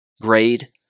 grade